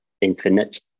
infinite